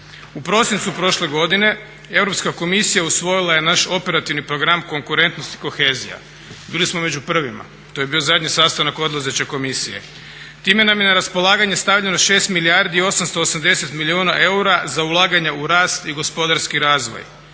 U prosincu prošle godine Europska komisija usvojila je naš operativni program konkurentnost i kohezija. Bili smo među prvima, to je bio zadnji sastanak odlazeće komisije. Time nam je na raspolaganje stavljeno 6 milijardi i 880 milijuna eura za ulaganje u rast i gospodarski razvoj.